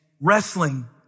wrestling